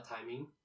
timing